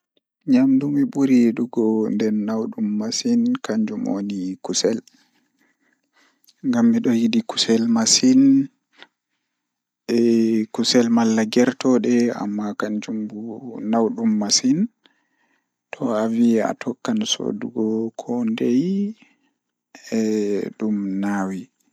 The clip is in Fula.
Ko hotooɓe maa mi yiɗi, ammaa ngoni ɗi no sago e cuɓu e njahaaɓe. Mi yiɗi gasiwo, ko wuroowo, mi yiɗi jamanu kaɗi. Ko mo jokkude no wuroowo, ngoni e teddungal e kanjum.